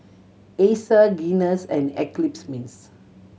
Acer Guinness and Eclipse Mints